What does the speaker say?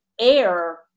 air